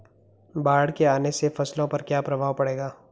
बाढ़ के आने से फसलों पर क्या प्रभाव पड़ेगा?